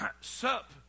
Sup